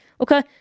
okay